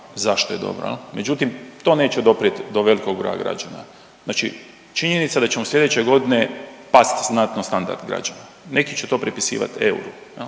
zašto je dobro jel, međutim to neće doprijet do velikog broja građana, znači činjenica je da će slijedeće godine pasti znatno standard građana, neki će to prepisivat euru jel,